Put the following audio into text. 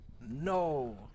No